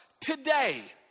today